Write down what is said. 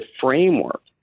framework